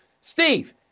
Steve